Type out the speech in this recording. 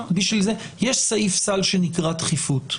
יש סעיף סל שנקרא דחיפות.